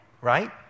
right